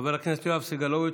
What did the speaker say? חבר הכנסת יואב סגלוביץ'.